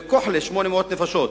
כוחלה, 800 נפשות,